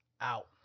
Out